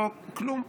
לא כלום,